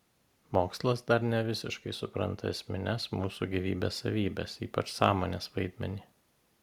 mokslas dar nevisiškai supranta esmines mūsų gyvybės savybes ypač sąmonės vaidmenį